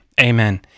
Amen